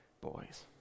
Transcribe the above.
boys